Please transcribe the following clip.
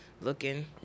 looking